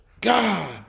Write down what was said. God